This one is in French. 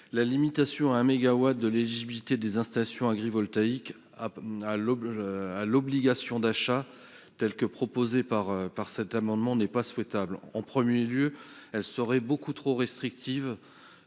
La limitation à un mégawatt de l'éligibilité des installations agrivoltaïques à l'obligation d'achat, telle que proposée dans cet amendement, n'est pas souhaitable. En premier lieu, elle serait beaucoup plus restrictive